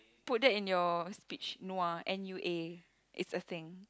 put that in your speech nua N U A it's a thing